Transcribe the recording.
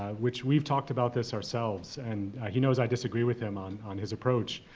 which we've talked about this ourselves and he knows i disagree with him on on his approach.